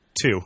Two